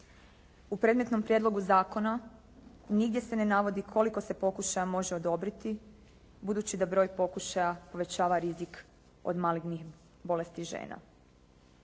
u predmetnom prijedlogu zakona nigdje se ne navodi koliko se pokušaja može odobriti budući da broj pokušaja povećava rizik od malignih bolesti žena.